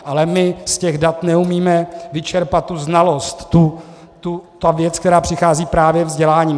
Ale my z těch dat neumíme vyčerpat znalost, tu věc, která přichází právě vzděláním.